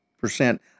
percent